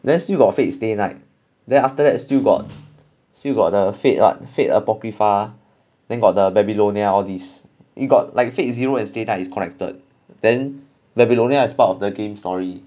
then still got fate stay night then after that still got still got the fate what fate apocrypha then got the babylonia all these you got like fate zero as data is collected then babylonia as part of the game story